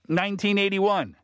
1981